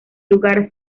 lugar